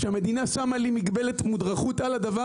כשהמדינה שמה לי מגבלת מודרכות על הדבר